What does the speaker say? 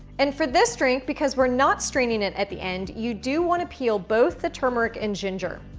and for this drink because we're not straining it at the end you do wanna peal both the turmeric and ginger.